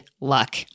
luck